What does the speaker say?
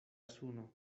suno